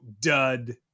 dud